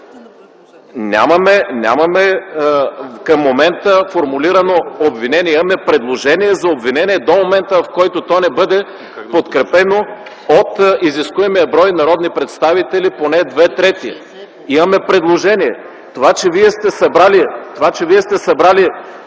момента нямаме формулирано обвинение. Имаме предложение за обвинение до момента, в който то не бъде подкрепено от изискуемия брой народни представители - поне две трети. Имаме предложение. Това, че Вие сте събрали